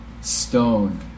stone